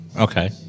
Okay